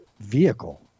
vehicle